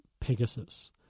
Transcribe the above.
Pegasus